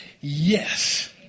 yes